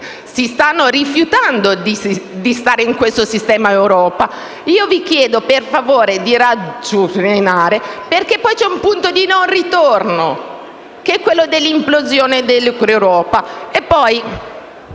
si stanno rifiutando di stare in questo sistema europeo, vi prego di ragionare, perché c'è un punto di non ritorno, che è quello dell'implosione dell'Europa.